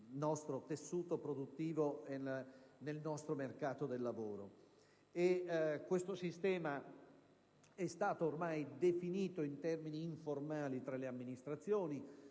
nel nostro tessuto produttivo e nel nostro mercato del lavoro. Questo sistema è stato ormai definito in termini informali tra le amministrazioni,